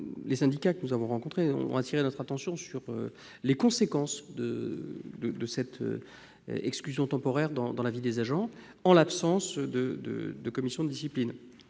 Les syndicats que nous avons rencontrés ont appelé notre attention sur les conséquences de cette exclusion temporaire dans la vie des agents en l'absence de commission de discipline,